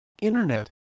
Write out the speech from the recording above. Internet